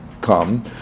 come